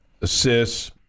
assists